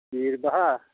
ᱵᱤᱨᱵᱟᱦᱟ